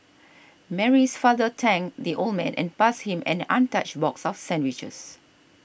Mary's father thanked the old man and passed him an untouched box of sandwiches